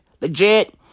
Legit